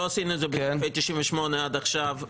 לא עשינו את זה בסעיפי 98 עד עכשיו,